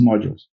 modules